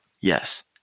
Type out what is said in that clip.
yes